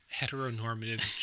heteronormative